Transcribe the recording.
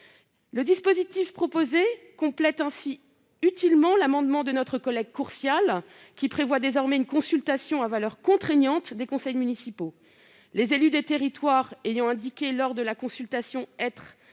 Le dispositif proposé complète ainsi utilement l'amendement de notre collègue Édouard Courtial, qui prévoit une consultation à valeur contraignante des conseils municipaux. Les élus des territoires ayant indiqué lors de la consultation être